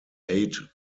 eight